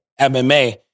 MMA